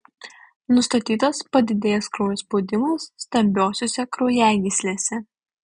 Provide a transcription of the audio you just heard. nustatytas padidėjęs kraujo spaudimas stambiosiose kraujagyslėse